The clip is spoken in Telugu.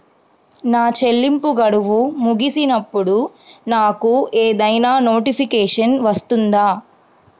నా చెల్లింపు గడువు ముగిసినప్పుడు నాకు ఏదైనా నోటిఫికేషన్ వస్తుందా?